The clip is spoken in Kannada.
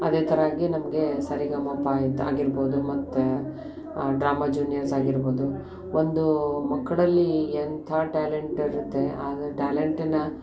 ಅದೇ ಥರ ನಮಗೆ ಸರಿಗಮಪ ಇದಾಗಿರ್ಬೋದು ಮತ್ತು ಡ್ರಾಮ ಜೂನಿಯರ್ಸ್ ಆಗಿರ್ಬೋದು ಒಂದು ಮಕ್ಕಳಲ್ಲಿ ಎಂಥ ಟ್ಯಾಲೆಂಟ್ ಇರುತ್ತೆ ಅದು ಟ್ಯಾಲೆಂಟನ್ನು